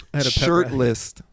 shirtless